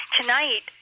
tonight